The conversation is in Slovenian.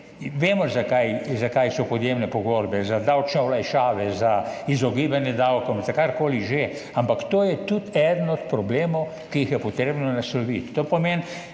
vemo, zakaj so podjemne pogodbe, za davčne olajšave, za izogibanje davkom, za kar koli že, ampak to je tudi eden od problemov, ki jih je treba nasloviti. To pomeni,